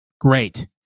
great